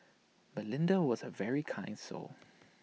belinda was A very kind soul